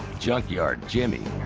junkyard jimmy.